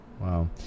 Wow